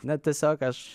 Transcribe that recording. na tiesiog aš